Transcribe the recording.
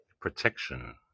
protection